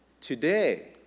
Today